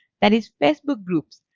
that is facebook groups.